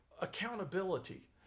accountability